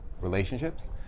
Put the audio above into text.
relationships